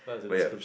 oh ya